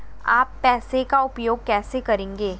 आप पैसे का उपयोग कैसे करेंगे?